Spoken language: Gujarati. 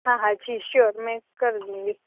હા હા જી શ્યોર મેં કર દૂંગી